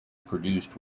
produced